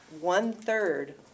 one-third